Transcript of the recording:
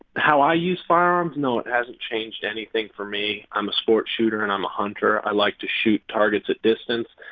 how i use firearms? no, it hasn't changed anything for me. i'm a sports shooter. and i'm a hunter. i like to shoot targets at distance.